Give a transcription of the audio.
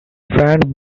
fran